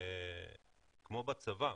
כמו בצבא,